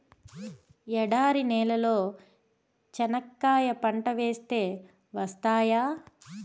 ఎడారి నేలలో చెనక్కాయ పంట వేస్తే వస్తాయా?